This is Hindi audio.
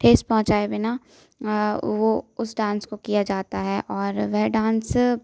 ठेस पहुँचाएँ बिना वो उस डांस को किया जाता है और वह डांस